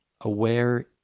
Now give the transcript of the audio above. aware